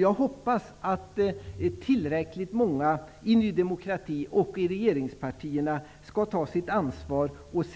Jag hoppas att tillräckligt många i Ny demokrati och i regeringspartierna tar sitt ansvar och